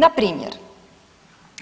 Npr.